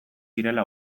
zirela